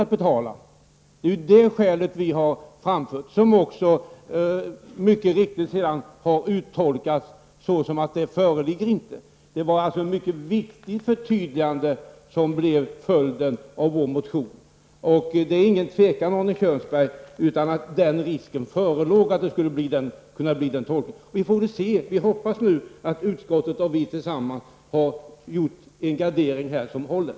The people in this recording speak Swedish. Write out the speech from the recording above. Det är den synpunkten som vi har framfört, och sedan har man mycket riktigt gjort den tolkningen att en sådan risk inte föreligger. Det var alltså ett mycket viktigt förtydligande som blev följden av vår motion. Det råder inget tvivel om, Arne Kjörnsberg, att det förelåg en risk för en annan tolkning. Vi hoppas nu att utskottet har gjort en gardering som håller.